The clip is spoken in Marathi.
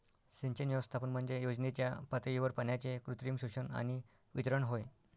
सिंचन व्यवस्थापन म्हणजे योजनेच्या पातळीवर पाण्याचे कृत्रिम शोषण आणि वितरण होय